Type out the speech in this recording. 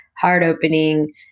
heart-opening